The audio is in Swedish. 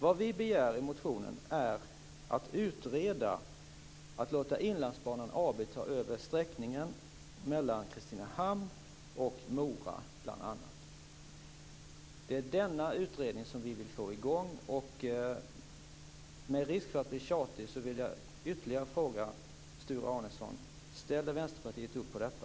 I motionen begär vi att det skall utredas om man kan låta Inlandsbanan AB ta över sträckningen mellan Kristinehamn och Mora bl.a. Det är denna utredning som vi vill få i gång. Med risk för att bli tjatig vill jag återigen fråga Sture Arnesson om Vänsterpartiet ställer upp på detta.